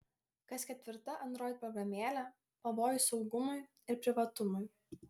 kas ketvirta android programėlė pavojus saugumui ir privatumui